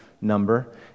number